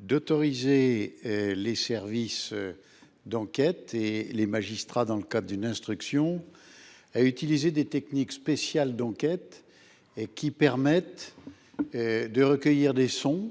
d’autoriser les enquêteurs et les magistrats, dans le cadre d’une instruction, à utiliser des techniques spéciales d’enquête qui permettent de recueillir des sons